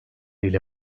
ile